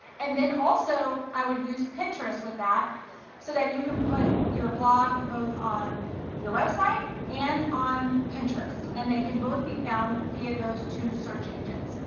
and then also i would use pinterest with that so that you can put your blog both on your website and on pinterest, and they can both be found via those two search engines,